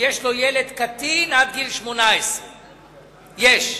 ויש לו ילד קטין עד גיל 18. יש,